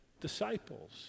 disciples